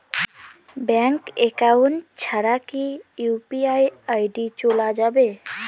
Bank account ছাড়া কি UPI ID চোলা যাবে?